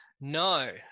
No